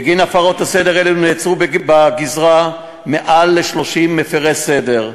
בגין הפרות סדר אלה נעצרו בגזרה יותר מ-30 מפרי סדר,